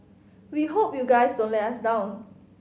we hope you guys don't let us down